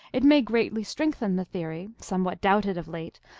it may greatly strengthen the theory, somewhat doubted of late,